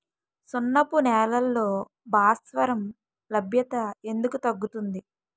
సున్నపు నేలల్లో భాస్వరం లభ్యత ఎందుకు తగ్గుతుంది?